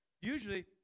usually